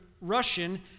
Russian